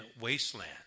wasteland